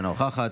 אינה נוכחת,